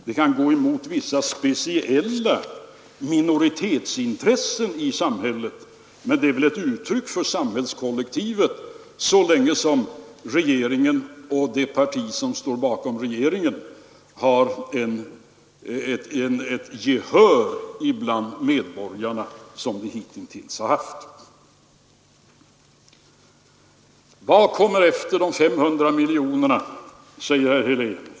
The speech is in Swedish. Det kan gå emot vissa speciella minoritetsintressen i samhället, men det är ett uttryck för samhällskollektivet så länge regeringen och det parti som står bakom regeringen har det gehör bland medborgarna som man hitintills har haft. Vad kommer efter de 500 miljonerna? säger herr Helén.